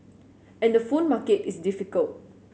and the phone market is difficult